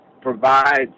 provides